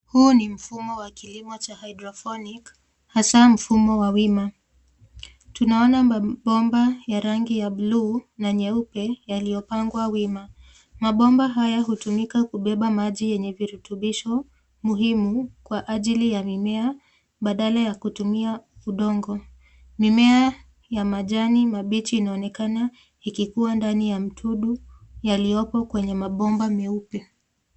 Huu ni mfumo wa kilimo cha hydroponic hasa mfumo wa wima. Tunaona mabomba ya rangi ya bluu na nyeupe yaliyopangwa wima. Mabomba haya hutumika kubeba maji yenye virutubisho muhimu kwa ajili ya mimea badala ya kutumia udongo. Mimea ya majani mabichi inaonekana ikikua ndani ya mtudu yaliyopo kwenye mabomba meupe.